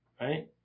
right